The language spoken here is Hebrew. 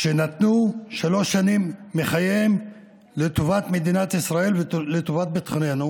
כשנתנו שלוש שנים מחייהם לטובת מדינת ישראל ולטובת ביטחוננו,